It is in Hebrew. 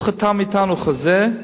הוא חתם אתנו חוזה,